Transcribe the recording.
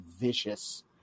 vicious